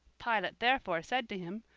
pilate therefore said to him,